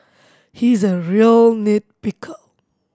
he is a real nit picker